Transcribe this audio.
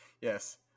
Yes